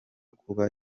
kuba